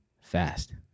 fast